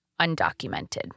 undocumented